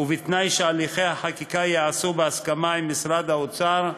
ובתנאי שהליכי החקיקה ייעשו בהסכמה עם משרד האוצר,